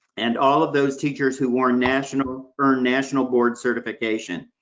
and all of those teachers who earned national earned national board certification.